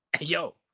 Yo